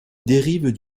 dérive